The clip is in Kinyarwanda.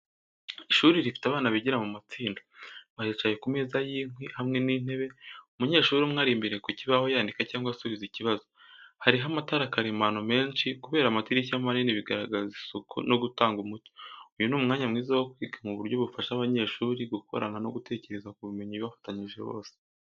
Ishuri rifite abana bigira mu matsinda. Baricaye ku meza y’inkwi hamwe n’intebe, umunyeshuri umwe ari imbere ku kibaho yandika cyangwa asubiza ikibazo. Hariho amatara karemano menshi kubera amadirishya manini bigaragaza isuku no gutanga umucyo. Uyu ni umwanya mwiza wo kwiga mu buryo bufasha abanyeshuri gukorana no gutekereza ku bumenyi bafatanyije bose.